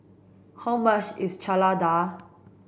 how much is Chana Dal